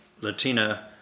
Latina